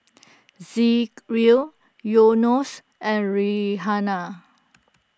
Zikri O Yunos and Raihana